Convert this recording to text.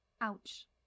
Ouch